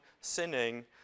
sinning